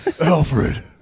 Alfred